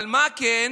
אבל מה כן?